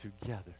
together